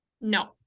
No